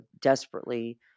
desperately